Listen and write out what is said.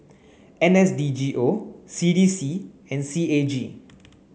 N S D G O C D C and C A G